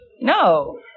No